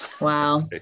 Wow